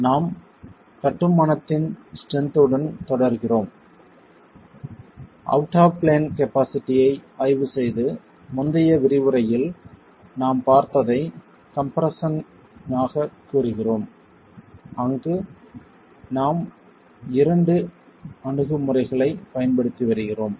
நாம் கட்டுமானத்தின் ஸ்ட்ரென்த் உடன் தொடர்கிறோம் அவுட் ஆஃப் பிளேன் கபாஸிட்டியை ஆய்வு செய்து முந்தைய விரிவுரையில் நாம் பார்த்ததை கம்ப்ரெஸ்ஸன் ஆகக் கூறுகிறோம் அங்கு நாம் இரண்டு அணுகுமுறைகளைப் பயன்படுத்தி வருகிறோம்